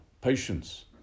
patience